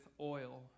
oil